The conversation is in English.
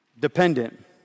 dependent